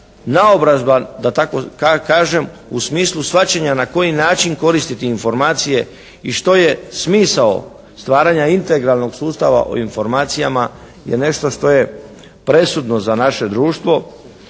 naobrazba da tako kažem u smislu shvaćanja na koji način koristiti informacije i što je smisao stvaranja integralnog sustava o informacijama je nešto što je presudno za naše društvo.